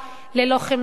ללא חמלה,